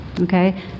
okay